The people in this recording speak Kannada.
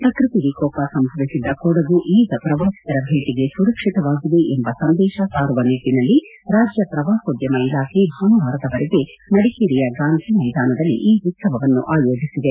ಪ್ರಕೃತಿ ವಿಕೋಪ ಸಂಭವಿಸಿದ್ದ ಕೊಡಗು ಈಗ ಪ್ರವಾಸಿಗರ ಭೇಟಿಗೆ ಸುರಕ್ಷಿತವಾಗಿದೆ ಎಂಬ ಸಂದೇಶ ಸಾರುವ ನಿಟ್ಟಿನಲ್ಲಿ ರಾಜ್ಯ ಪ್ರವಾಸೋದ್ಯಮ ಇಲಾಖೆ ಭಾನುವಾರದವರೆಗೆ ಮಡಿಕೇರಿಯ ಗಾಂಧಿ ಮೈದಾನದಲ್ಲಿ ಈ ಉತ್ಸವವನ್ನು ಆಯೋಜಿಸಿದೆ